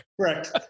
Correct